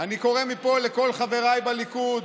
אני קורא מפה לכל חבריי בליכוד,